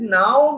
now